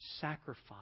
Sacrifice